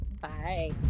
Bye